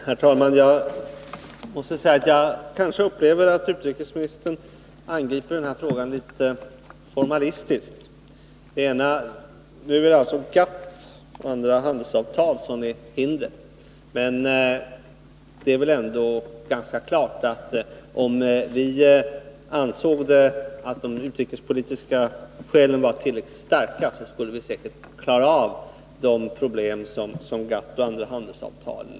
Herr talman! Jag upplever det som om utrikesministern angriper den här frågan litet väl formalistiskt. Nu är det alltså GATT och andra handelsavtal som är ett hinder. Men om vi ansåg att de övriga skälen var tillräckligt starka skulle vi säkert klara av de problem som dessa handelsavtal utgör.